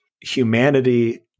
humanity